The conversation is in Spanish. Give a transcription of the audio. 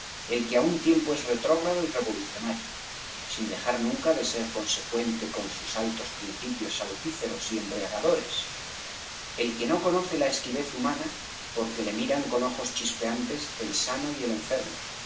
el que á un tiempo es retrógrado y revolucionario sin dejar nunca de ser consecuente con sus altos principios salutíferos y embriagadores el que no conoce la esquivez humana porque le miran con ojos chispeantes el sano y el enfermo